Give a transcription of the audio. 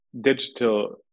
digital